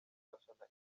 kudufasha